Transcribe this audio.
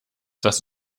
das